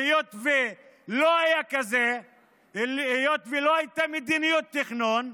היות שלא היה כזה, היות שלא הייתה מדיניות תכנון,